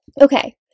Okay